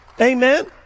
Amen